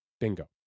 Bingo